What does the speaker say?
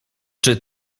czy